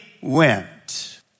went